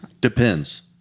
depends